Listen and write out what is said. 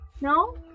No